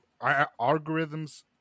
algorithms